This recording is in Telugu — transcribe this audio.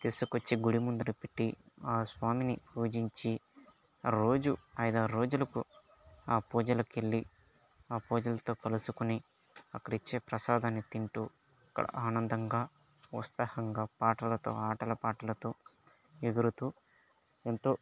తీసుకొచ్చి గుడి ముందర పెట్టి ఆ స్వామిని పూజించి రోజూ ఐదారు రోజులకు ఆ పూజలకెళ్లి ఆ పూజలతో కలుసుకుని అక్కడ ఇచ్చే ప్రసాదాన్ని తింటూ అక్కడ ఆనందంగా ఉత్సాహంగా పాటలతో ఆటల పాటలతో ఎగురుతూ ఎంతో